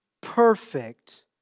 perfect